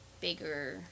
bigger